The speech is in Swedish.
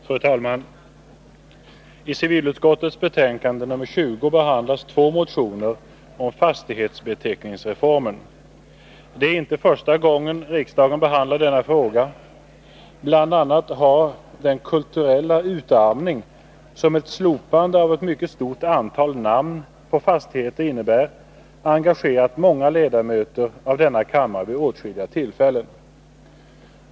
Fru talman! I civilutskottets betänkande nr 20 behandlas två motioner om fastighetsbeteckningsreformen. Det är inte första gången riksdagen behandlar denna fråga. Bl. a. har den kulturella utarmning som ett slopande av ett mycket stort antal namn på fastigheter innebär engagerat många ledamöter av denna kammare vid åtskilliga tillfällen.